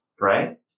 right